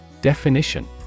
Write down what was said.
Definition